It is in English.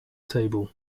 table